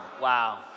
Wow